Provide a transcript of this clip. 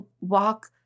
walk